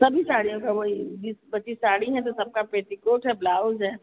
सभी साड़ियों का वही बीस पच्चीस साड़ी हैं तो सब का पेटीकोट है ब्लाउज है